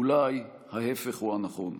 אולי ההפך הוא הנכון,